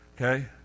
Okay